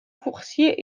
coursier